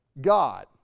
God